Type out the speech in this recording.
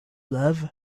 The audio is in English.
love